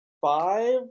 five